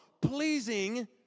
pleasing